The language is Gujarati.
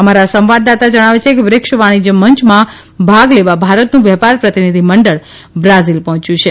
અમારા સંવાદદાતા જણાવે છે કે બ્રિકસ વાણીજય મંચમાં ભાગ લેવા ભારતનુ વેપાર પ્રતિનિધિમંડળ બ્રાઝીલ પહોચ્યુ છે